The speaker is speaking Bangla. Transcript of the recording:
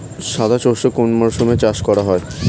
সাদা সর্ষে কোন মরশুমে চাষ করা হয়?